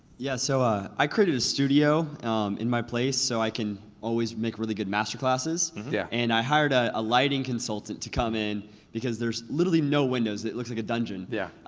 yeah, so i i created a studio in my place so i can always make really good master classes. yeah and i hired ah a lighting consultant to come in because there's literally no windows, it looks like a dungeon, yeah,